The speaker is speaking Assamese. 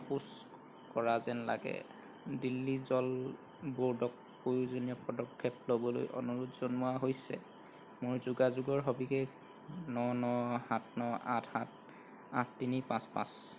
আপোচ কৰা যেন লাগে দিল্লী জল ব'ৰ্ডক প্ৰয়োজনীয় পদক্ষেপ ল'বলৈ অনুৰোধ জনোৱা হৈছে মোৰ যোগাযোগৰ সবিশেষ ন ন সাত ন আঠ সাত আঠ তিনি পাঁচ পাঁচ